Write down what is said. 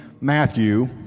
Matthew